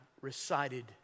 recited